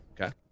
Okay